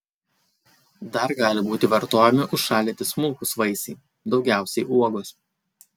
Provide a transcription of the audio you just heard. dar gali būti vartojami užšaldyti smulkūs vaisiai daugiausiai uogos